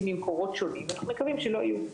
ממקורות שונים ואנחנו מקווים שלא יהיו.